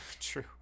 True